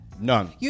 None